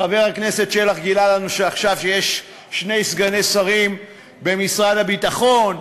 חבר הכנסת שלח גילה לנו עכשיו שיש שני סגני שר במשרד הביטחון: